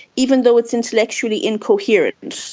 even though it's intellectually incoherent,